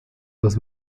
los